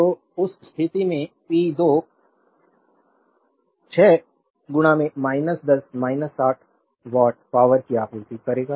तो उस स्थिति में P2 6 10 60 वाट पावरकी आपूर्ति करेगा